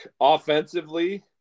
offensively